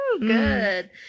good